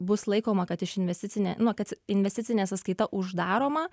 bus laikoma kad iš investicinė na kad investicinė sąskaita uždaroma